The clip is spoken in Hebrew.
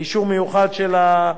באישור מיוחד של,